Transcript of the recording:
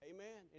Amen